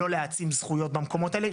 לא להעצים זכויות במקומות האלה.